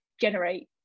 generate